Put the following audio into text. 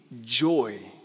joy